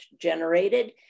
generated